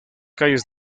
calles